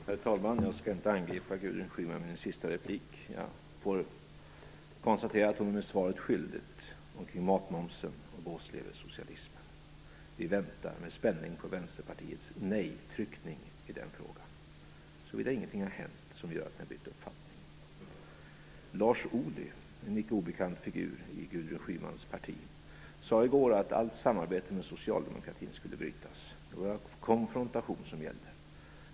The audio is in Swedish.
Herr talman! Jag skall inte angripa Gudrun Schyman i min sista replik. Jag får konstatera att hon är svaret skyldig om matmomsen och gåsleversocialismen. Vi väntar med spänning på Vänsterpartiets nejtryckning i den frågan, såvida ingenting har hänt som har gjort att de har bytt uppfattning. Lars Ohly, en icke obekant figur i Gudrun Schymans parti, sade i går att allt samarbete med Socialdemokraterna skall brytas. Det var konfrontation som gällde.